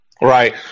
Right